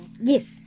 yes